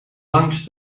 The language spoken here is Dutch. langs